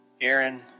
Aaron